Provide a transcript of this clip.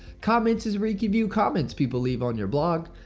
comments is where you can view comments people leave on your blog.